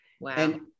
Wow